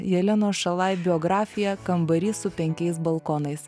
jelena šalaj biografija kambarys su penkiais balkonais